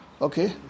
Okay